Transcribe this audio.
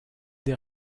des